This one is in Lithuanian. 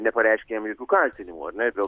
nepareiškė jam jokių kaltinimų ar ne ir dėl